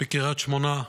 בקריית שמונה,